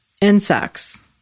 insects